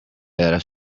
era